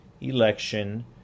election